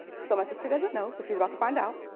so my sister doesn't know, but she's about to find out.